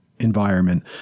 environment